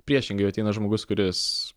priešingai jei ateina žmogus kuris